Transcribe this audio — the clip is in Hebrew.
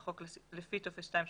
לחוק לפי טופס 2 שבתוספת.